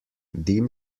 dim